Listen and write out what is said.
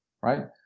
right